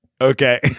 okay